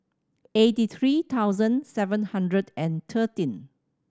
eighty three thousand seven hundred and thirteen